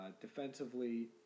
Defensively